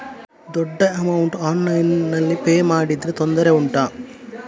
ದೊಡ್ಡ ಅಮೌಂಟ್ ಆನ್ಲೈನ್ನಲ್ಲಿ ಪೇ ಮಾಡಿದ್ರೆ ತೊಂದರೆ ಉಂಟಾ?